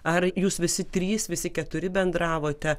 ar jūs visi trys visi keturi bendravote